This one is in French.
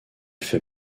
fait